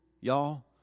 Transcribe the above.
y'all